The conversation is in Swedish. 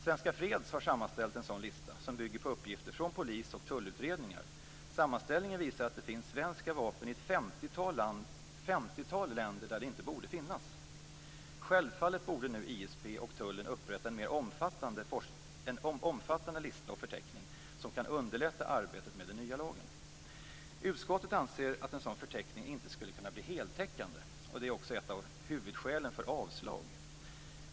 Svenska Freds har sammanställt en sådan lista som bygger på uppgifter från polis och tullutredningar. Sammanställningen visar att det finns svenska vapen i ett 50-tal länder där de inte borde finnas. Självfallet borde nu ISP och tullen upprätta en mer omfattande förteckning som kan underlätta arbetet med den nya lagen. Utskottet anser att en sådan förteckning inte skulle kunna bli heltäckande. Det är också ett av huvudskälen för avslag.